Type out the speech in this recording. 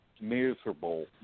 Miserable